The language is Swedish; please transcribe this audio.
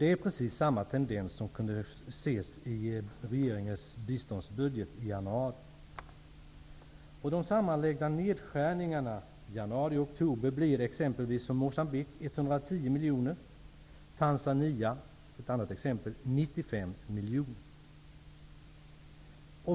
Det är precis samma tendens som kunde ses i regeringens biståndsbudget i januari. De sammanlagda nedskärningarna från januari och oktober blir t.ex. för Moçambique 110 miljoner och för Tanzania 95 miljoner.